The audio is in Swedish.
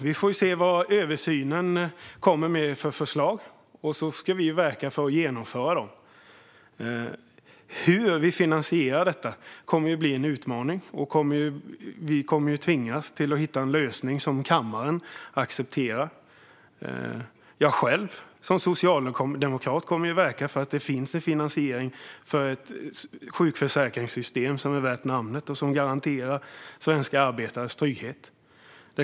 Vi får se vilka förslag översynen kommer med, och sedan ska vi verka för att genomföra dem. Hur vi finansierar detta kommer att bli en utmaning, och vi kommer att tvingas till att hitta en lösning som kammaren accepterar. Jag själv, som socialdemokrat, kommer att verka för att det finns en finansiering för ett sjukförsäkringssystem som är värt namnet och som garanterar svenska arbetares trygghet.